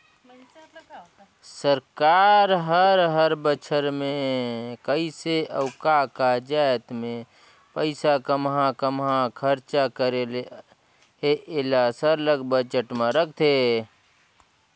सरकार हर हर बछर में कइसे अउ का का जाएत में पइसा काम्हां काम्हां खरचा करे ले अहे एला सरलग बजट में रखथे